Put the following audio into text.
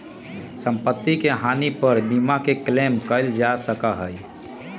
सम्पत्ति के हानि पर बीमा के क्लेम कइल जा सका हई